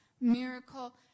miracle